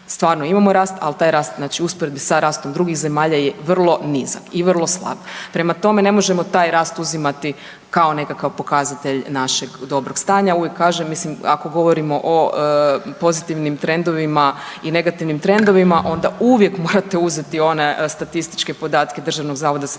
Stvarno imamo rast, ali taj rast u usporedbi sa rastom drugih zemalja je vrlo nizak i vrlo slab. Prema tome, ne možemo taj rast uzimati kao nekakav pokazatelj našeg dobrog stanja. Uvijek kažem mislim ako govorimo o pozitivnim trendovima i negativnim trendovima onda uvijek morate uzeti one statističke podatke DZS-a o siromaštvu